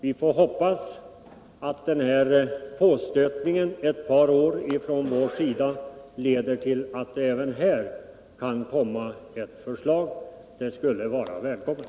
Vi får hoppas att de här påstötningarna under ett par år från vår sida leder till att det även här kan komma ett förslag. Det skulle vara välkommet.